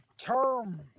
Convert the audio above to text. term